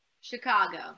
chicago